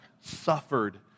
suffered